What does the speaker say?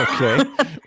Okay